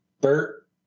Bert